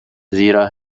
زیرا